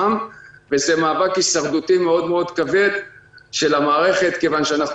זה מאבק הישרדותי מאוד מאוד כבד של המערכת מכיוון שאנחנו